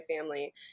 family